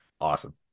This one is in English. Awesome